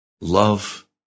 love